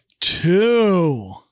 Two